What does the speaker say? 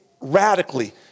radically